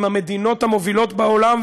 עם המדינות המובילות בעולם,